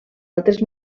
altres